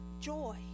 joy